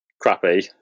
crappy